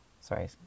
sorry